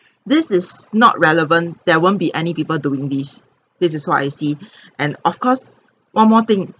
this is not relevant there won't be any people doing this this is what I see and of course one more thing